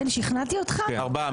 ארבעה.